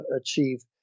achieve